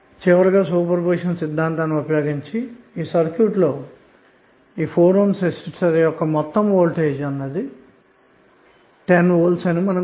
చివరగా super position సిద్ధాంతాన్ని ఉపయోగిస్తే సర్క్యూట్ లో 4 Ohm రెసిస్టన్స్ యొక్క మొత్తం వోల్టేజ్ విలువ 10V అవుతుంది